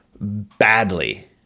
badly